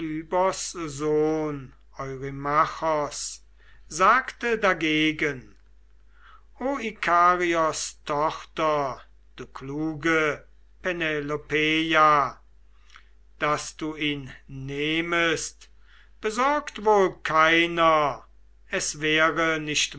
sohn eurymachos sagte dagegen o ikarios tochter du kluge penelopeia daß du ihn nehmest besorgt wohl keiner es wäre nicht